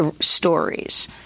stories